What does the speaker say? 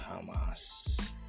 Hamas